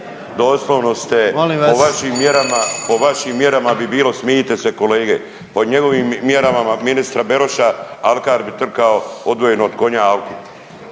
mjerama, po vašim mjerama bi bilo, smijite se kolege, po njegovim mjerama, ministra Beroša alkar bi trkao odvojeno od konja,